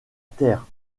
terre